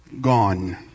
Gone